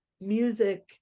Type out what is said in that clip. music